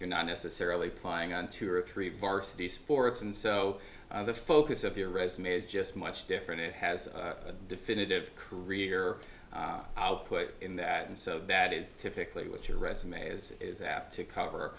you're not necessarily flying on two or three varsity sports and so the focus of your resume is just much different it has a definitive career output in that and so that is typically what your resume is is apt to cover